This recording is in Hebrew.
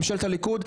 ממשלת הליכוד,